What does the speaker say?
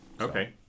Okay